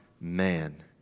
man